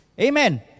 Amen